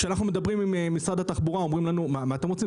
כשאנחנו מדברים עם משרד התחבורה אומרים לנו 'מה אתם רוצים,